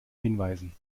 hinweisen